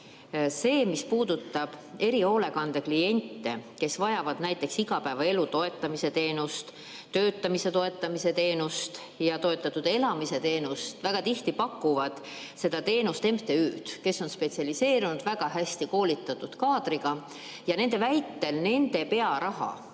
Aga mis puudutab erihoolekande kliente, kes vajavad näiteks igapäevaelu toetamise teenust, töötamise toetamise teenust ja toetatud elamise teenust – väga tihti pakuvad seda teenust MTÜ-d, kes on spetsialiseerunud, väga hästi koolitatud kaadriga ja nende väitel see pearaha,